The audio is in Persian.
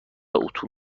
اتو